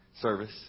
service